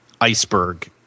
iceberg